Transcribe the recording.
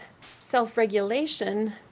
self-regulation